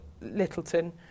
Littleton